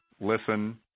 listen